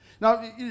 Now